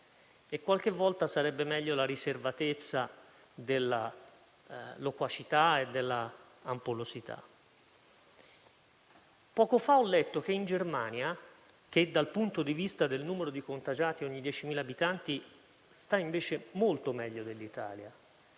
le righe, e sarebbe meglio la riservatezza della loquacità e dell'ampollosità. Poco fa ho letto che in Germania, che dal punto di vista del numero di contagiati ogni 10.000 abitanti sta invece in una